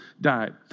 died